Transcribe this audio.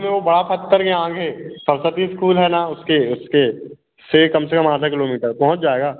वो बा सत्तर के आंगे सरस्वती स्कूल है ना उसके उसके से कम से कम आधा किलोमीटर पहुँच जाएगा